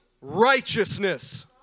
righteousness